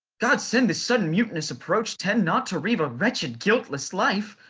god send this sudden mutinous approach tend not to reave a wretched guiltless life.